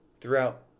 Throughout